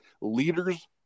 Leaders